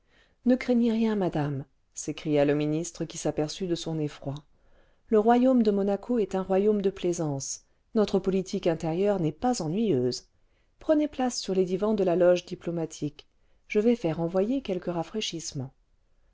ne craignez rien madame s'écria le ministre qui s'aperçut de son effroi le royaume de monaco est un royaume de plaisance notre politique intérieure n'est pas ennuyeuse prenez place sur les divans de la loge diplomatique je vais faire envoyer quelques rafraîchissements